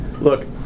look